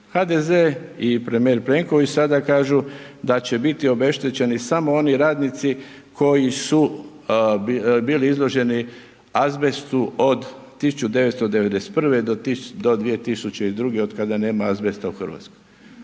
HDZ i premijer Plenković sada kažu da će biti obeštećeni samo oni radnici koji su bili izloženi azbestu od 1991. do 2002. od kada nema azbesta u Hrvatskoj.